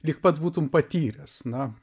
lyg pats būtum patyręs na